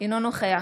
אינו נוכח